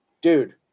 dude